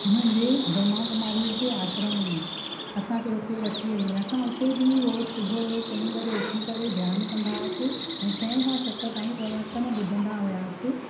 हुनजे ब्रह्मा कुमारी जे आश्रम में असांखे हुते वठी हली असां हुते बि रोज़ सुबुह जो चईं बजे उथी करे ध्यानु कंदासीं ऐं छह खां सते ताईं प्रवचन ॿुधंदा हुआसीं